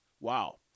wow